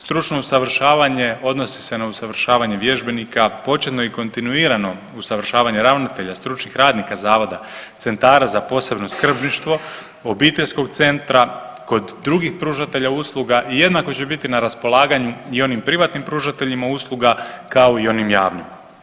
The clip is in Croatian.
Stručno usavršavanje odnosi se na usavršavanje vježbenika, početno i kontinuirano ravnatelja stručnih radnika zavoda centara za posebno skrbništvo, obiteljskog centra kod drugih pružatelja usluga i jednako će biti na raspolaganju i onim privatnim pružateljima usluga kao i onim javnim.